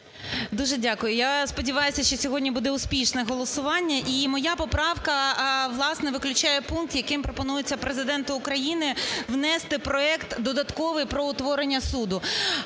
Дуже дякую. Я сподіваюся, що сьогодні буде успішне голосування. І моя поправка, власне, виключає пункт, яким пропонується Президенту України внести проект додатковий про утворення суду